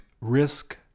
risk